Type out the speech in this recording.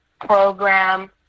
program